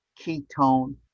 ketone